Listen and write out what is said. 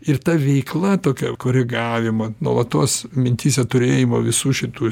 ir ta veikla tokia koregavimo nuolatos mintyse turėjimo visų šitų